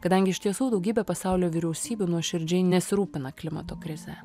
kadangi iš tiesų daugybė pasaulio vyriausybių nuoširdžiai nesirūpina klimato krize